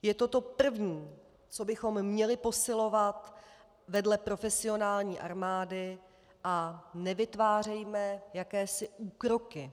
Je to to první, co bychom měli posilovat vedle profesionální armády, a nevytvářejme jakési úkroky.